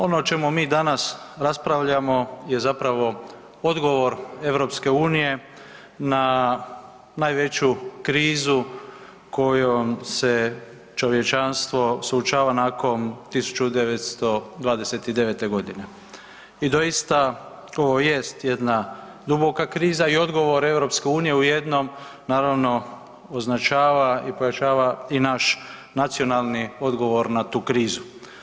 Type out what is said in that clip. Ono o čemu mi danas raspravljamo je zapravo odgovor EU na najveću krizu kojom se čovječanstvo suočava nakon 1929.g. I doista ovo jest jedna duboka kriza i odgovor EU u jednom naravno označava i pojačava i naš nacionalni odgovor na tu krizu.